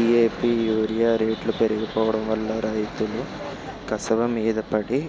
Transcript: DAP urea రేట్లు పెరిగిపోడంవల్ల రైతులు కసవమీద పడి